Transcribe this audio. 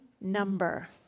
number